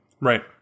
Right